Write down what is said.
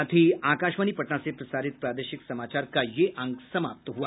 इसके साथ ही आकाशवाणी पटना से प्रसारित प्रादेशिक समाचार का ये अंक समाप्त हुआ